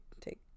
take